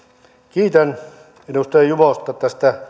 kiitän edustaja juvosta tästä